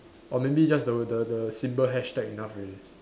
or maybe just the the the simple hashtag enough already